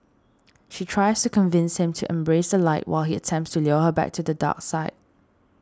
she tries to convince him to embrace the light while he attempts to lure her to the dark side